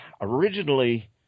Originally